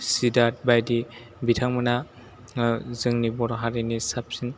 सिद्धार्थ बादि बिथांमोना जोंनि बर' हारिनि साबसिन